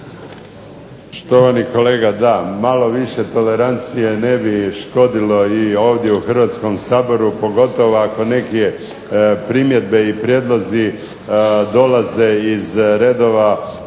Štovani kolega da, malo više tolerancije ne bi škodilo i ovdje u Hrvatskom saboru pogotovo ako neke primjedbe i prijedlozi dolaze iz redova zastupnika